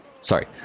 Sorry